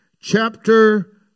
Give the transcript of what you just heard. chapter